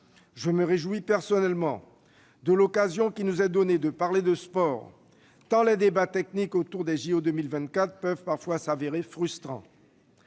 Je me réjouis personnellement de l'occasion qui nous est donnée de parler de sport, tant les débats techniques autour des JO 2024 peuvent parfois se révéler frustrants.